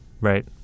Right